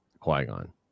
Qui-Gon